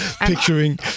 picturing